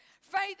Faith